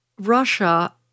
Russia